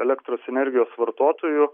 elektros energijos vartotojų